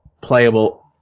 playable